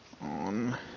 on